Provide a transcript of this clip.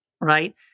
right